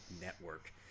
network